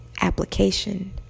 application